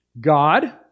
God